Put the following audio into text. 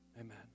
amen